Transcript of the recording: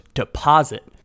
deposit